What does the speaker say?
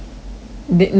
the no no no no